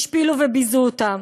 השפילו וביזו אותן.